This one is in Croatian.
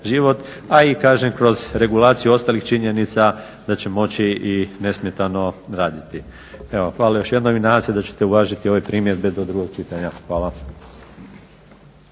život, a i kažem kroz regulaciju ostalih činjenica da će moći i nesmetano raditi. Evo, hvala još jednom i nadam se da ćete uvažiti ove primjedbe do drugog čitanja. Hvala.